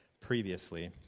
previously